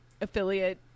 affiliate